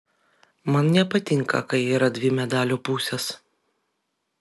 man nepatinka kai yra dvi medalio pusės